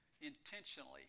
intentionally